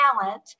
talent